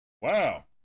Wow